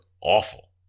awful